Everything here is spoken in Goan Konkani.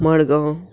मडगांव